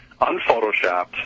unphotoshopped